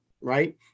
right